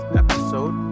episode